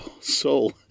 soul